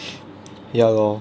ya lor